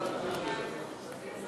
הודעת